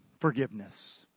Forgiveness